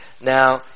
Now